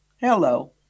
Hello